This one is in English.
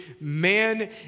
man